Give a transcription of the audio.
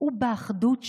הוא באחדות שלנו.